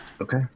Okay